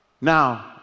now